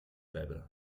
pebre